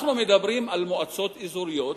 אנחנו מדברים על מועצות אזוריות